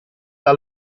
del